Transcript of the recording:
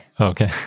Okay